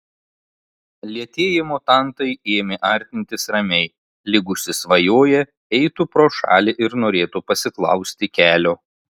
lėtieji mutantai ėmė artintis ramiai lyg užsisvajoję eitų pro šalį ir norėtų pasiklausti kelio